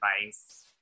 advice